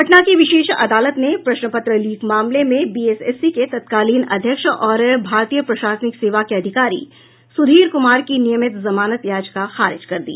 पटना की विशेष अदालत ने प्रश्नपत्र लीक मामले में बीएसएससी के तत्कालीन अध्यक्ष और भारतीय प्रशासनिक सेवा के अधिकारी सुधीर कुमार की नियमित जमानत याचिका खारिज कर दी